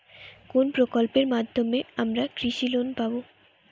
কোন প্রকল্পের মাধ্যমে আমরা কৃষি লোন পাবো?